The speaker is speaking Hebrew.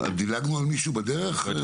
דילגנו על מישהו בדרך?